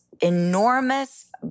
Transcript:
enormous